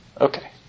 Okay